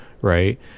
right